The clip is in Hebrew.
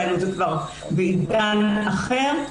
דהיינו כבר בעידן אחר.